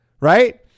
right